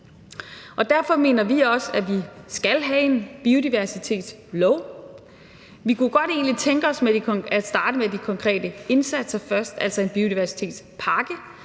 Derfor mener vi også, at vi skal have en biodiversitetslov. Vi kunne egentlig godt tænke os at starte med de konkrete indsatser først, altså en biodiversitetspakke.